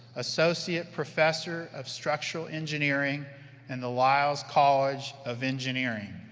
associate professor of structural engineering in the lyles college of engineering.